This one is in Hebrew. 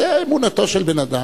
זו אמונתו של בן-אדם.